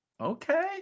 Okay